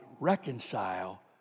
reconcile